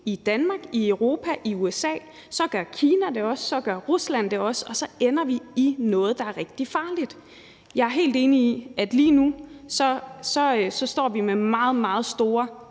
i Danmark, i Europa, i USA? Så gør Kina det også, så gør Rusland det også, og så ender vi i noget, der er rigtig farligt. Jeg er helt enig i, at lige nu står vi med meget, meget store